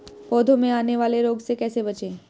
पौधों में आने वाले रोग से कैसे बचें?